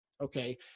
okay